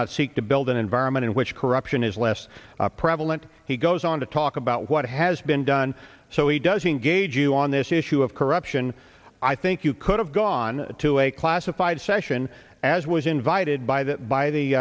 not seek to build an environment in which corruption is less prevalent he goes on to talk about what has been done so he doesn't gauge you on this issue of corruption i think you could have gone to a classified session as was invited by the by